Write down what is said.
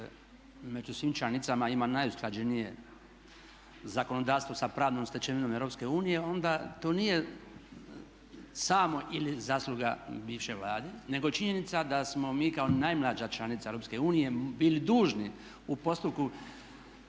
među svim članicama ima najusklađenije zakonodavstvo sa pravnom stečevinom EU onda to nije samo ili zasluga bivšoj Vladi nego činjenica da smo mi kao najmlađa članica EU bili dužni u